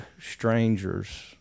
strangers